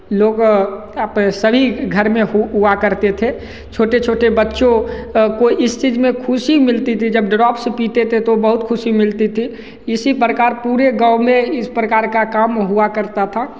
लोग अप शरीर घर में हुआ करते थे छोटे छोटे बच्चों कोई इस चीज में खुशी मिलती थी जब ड्रॉप्स पीते थे तो बहुत खुशी मिलती थी इसी प्रकार पूरे गाँव में इस प्रकार का काम हुआ करता था